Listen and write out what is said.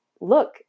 look